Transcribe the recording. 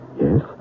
Yes